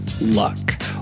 luck